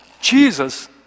Jesus